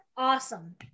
awesome